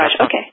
okay